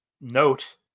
note